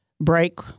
break